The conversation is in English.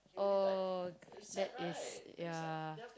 oh that is yeah